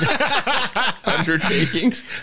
undertakings